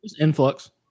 Influx